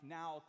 now